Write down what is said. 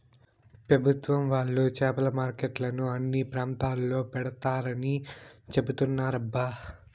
పెభుత్వం వాళ్ళు చేపల మార్కెట్లను అన్ని ప్రాంతాల్లో పెడతారని చెబుతున్నారబ్బా